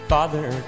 Father